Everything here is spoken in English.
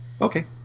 Okay